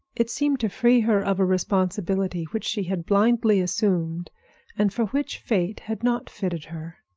it seemed to free her of a responsibility which she had blindly assumed and for which fate had not fitted her.